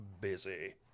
busy